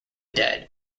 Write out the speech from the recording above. dead